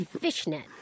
fishnet